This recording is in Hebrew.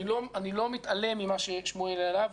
אני לא מתעלם ממה ששמואל העלה,